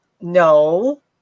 no